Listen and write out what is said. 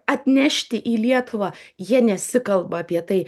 atnešti į lietuvą jie nesikalba apie tai